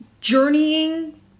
journeying